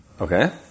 Okay